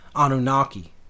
Anunnaki